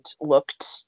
looked